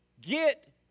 get